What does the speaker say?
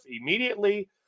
immediately